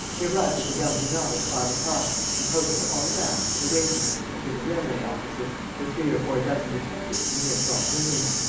he arrived at the gare du nord at five o'clock and posted all around, in the waiting-rooms and in the railway-offices, the three or four dozen detectives whom he had brought with him.